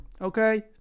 Okay